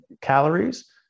calories